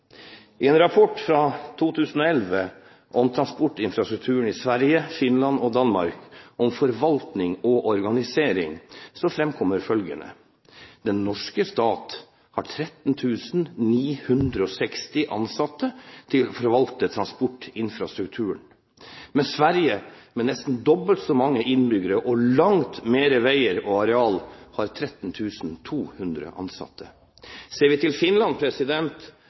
I en rapport fra 2011 om transportinfrastrukturen i Sverige, Finland og Danmark, om forvaltning og organisering, fremkommer følgende: Den norske stat har 13 960 ansatte til å forvalte transportinfrastrukturen, mens Sverige med nesten dobbelt så mange innbyggere og langt mer veier og areal, har 13 200 ansatte. Ser vi til Finland,